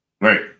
Right